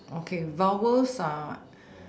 okay vowels are